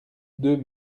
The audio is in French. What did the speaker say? deux